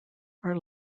are